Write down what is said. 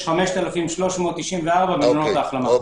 יש 5,394 במלונות ההחלמה.